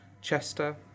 Chester